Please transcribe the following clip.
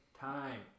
time